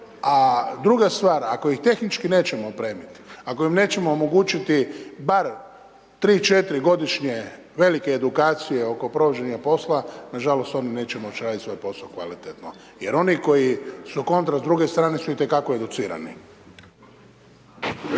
a druga stvar ako ih tehnički nećemo opremiti, ako im nećemo omogućiti bar 3, 4 godišnje velike edukacije oko provođenja posla nažalost oni neće moći raditi svoj posao kvalitetno. Jer oni koji su kontra s druge strane su i te kako educirani.